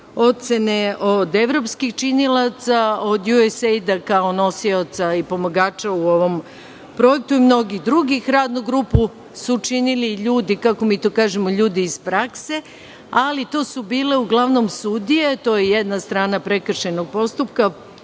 ocene od evropskih činilaca, od USAID, kao nosioca i pomagača u ovom projektu, i mnogi drugih. Radnu grupu su činili ljudi, kako mi to kažemo – ljudi iz prakse, ali to su bile uglavnom sudije, to je jedna strana prekršajnog postupka.